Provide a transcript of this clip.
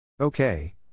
Okay